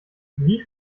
wie